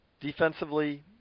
defensively